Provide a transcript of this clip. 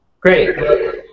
Great